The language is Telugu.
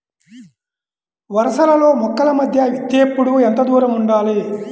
వరసలలో మొక్కల మధ్య విత్తేప్పుడు ఎంతదూరం ఉండాలి?